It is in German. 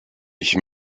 ich